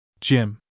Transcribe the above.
Jim